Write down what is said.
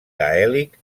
gaèlic